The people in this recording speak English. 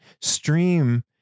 stream